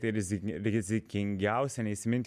kai rizikuoja rizikingiausia neįsiminti